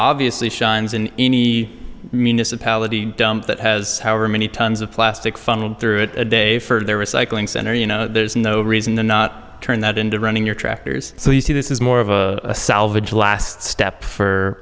obviously shines in any minas a pallet dump that has however many tons of plastic funneled through it a day for their recycling center you know there's no reason to not turn that into running your tractors so you see this is more of a salvaged last step for